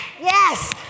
yes